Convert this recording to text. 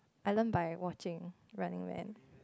I learn by watching Running-Man